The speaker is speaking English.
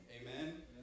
amen